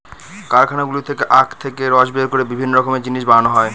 কারখানাগুলো থেকে আখ থেকে রস বের করে বিভিন্ন রকমের জিনিস বানানো হয়